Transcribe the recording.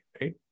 right